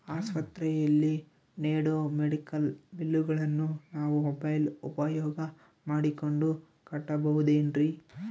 ಆಸ್ಪತ್ರೆಯಲ್ಲಿ ನೇಡೋ ಮೆಡಿಕಲ್ ಬಿಲ್ಲುಗಳನ್ನು ನಾವು ಮೋಬ್ಯೆಲ್ ಉಪಯೋಗ ಮಾಡಿಕೊಂಡು ಕಟ್ಟಬಹುದೇನ್ರಿ?